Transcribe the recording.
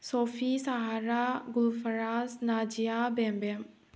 Sofi Sahara Gulfraz Nazia Bembem